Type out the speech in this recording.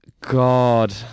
God